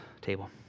table